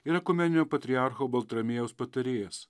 ir ekumeninio patriarcho baltramiejaus patarėjas